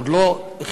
עוד לא החלטנו,